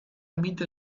emite